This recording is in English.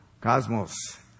Cosmos